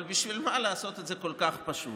אבל בשביל מה לעשות את זה כל כך פשוט?